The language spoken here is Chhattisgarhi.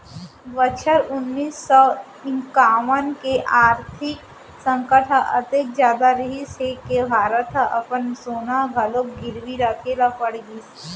बछर उन्नीस सौ इंकावन के आरथिक संकट ह अतेक जादा रहिस हे के भारत ह अपन सोना घलोक गिरवी राखे ल पड़ गिस